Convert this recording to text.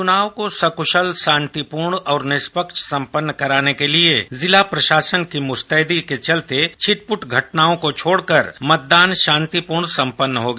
चुनाव को सकुशल शांतिपूर्ण और निष्पक्ष सम्पन्न कराने के लिए जिला प्रशासन की मुस्तैदी के चलते छिटपुट घटनाओं को छोड़कर मतदान शांतिपूर्ण सम्पन्न हो गया